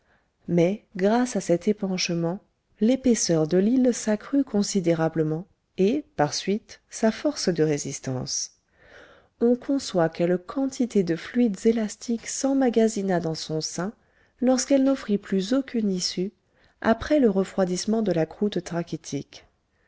mais grâce à cet épanchement l'épaisseur de l'île s'accrut considérablement et par suite sa force de résistance on conçoit quelle quantité de fluides élastiques s'emmagasina dans son sein lorsqu'elle n'offrit plus aucune issue après le refroidissement de la croûte